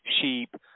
sheep